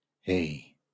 hey